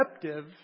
perceptive